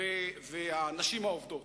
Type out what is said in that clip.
והנשים העובדות.